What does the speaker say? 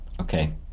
Okay